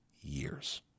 years